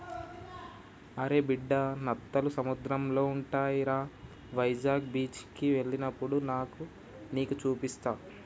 అరే బిడ్డా నత్తలు సముద్రంలో ఉంటాయిరా వైజాగ్ బీచికి ఎల్లినప్పుడు నీకు సూపిస్తా